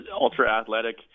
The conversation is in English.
ultra-athletic